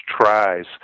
tries